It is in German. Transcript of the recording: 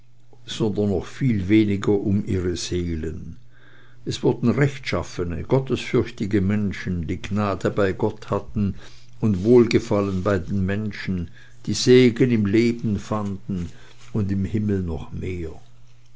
sondern noch viel weniger um ihre seelen es wurden rechtschaffene gottesfürchtige menschen die gnade bei gott hatten und wohlgefallen bei den menschen die segen im leben fanden und im himmel noch mehr